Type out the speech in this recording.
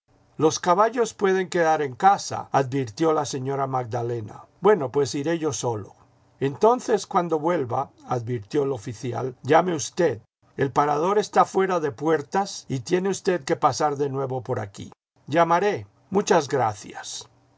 los caballos pueden queiar en casa advirtió la señora magdalena bueno pues iré yo solo entonces cuando vuelva advirtió el oficial llame usted el parador está fuera de puertas y tiene usted que pasar de nuevo por aquí llamaré muchas gracias